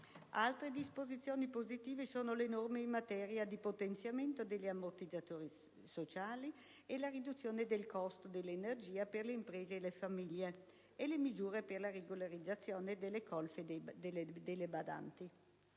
Altre disposizioni positive sono le norme in materia di potenziamento degli ammortizzatori sociali e la riduzione del costo dell'energia per le imprese e le famiglie e le misure per la regolarizzazione delle colf e delle badanti.